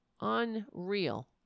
Unreal